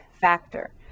factor